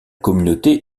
communauté